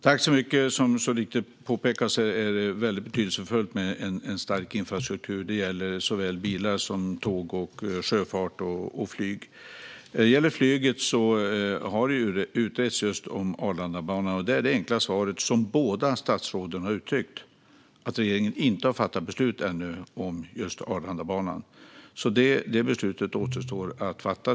Fru talman! Som så riktigt påpekas är det väldigt betydelsefullt med en stark infrastruktur. Det gäller bilar, tåg, sjöfart och flyg. När det gäller flyget har man utrett just Arlandas utbyggnad. Det enkla svaret, som båda statsråden har uttryckt, är att regeringen ännu inte har fattat beslut om just Arlanda. Det beslutet återstår att fatta.